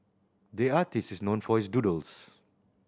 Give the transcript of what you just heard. the artist is known for his doodles